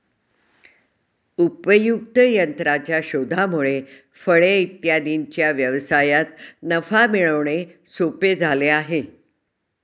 उपयुक्त यंत्राच्या शोधामुळे फळे इत्यादींच्या व्यवसायात नफा मिळवणे सोपे झाले आहे